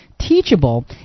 teachable